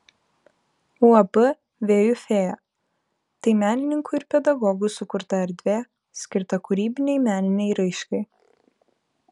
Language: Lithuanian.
uab vėjų fėja tai menininkų ir pedagogų sukurta erdvė skirta kūrybinei meninei raiškai